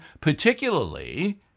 particularly